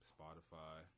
Spotify